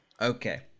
Okay